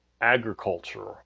agriculture